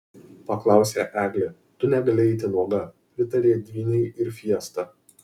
paklausė eglė tu negali eiti nuoga pritarė dvynei ir fiesta